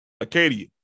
Acadia